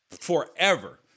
forever